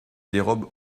dérobe